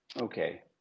okay